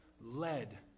led